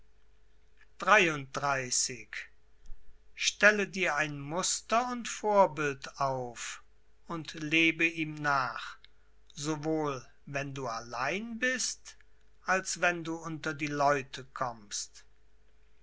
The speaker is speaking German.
xxxiii stelle dir ein muster und vorbild auf und lebe ihm nach sowohl wenn du allein bist als wenn du unter die leute kommst